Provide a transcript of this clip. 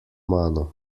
mano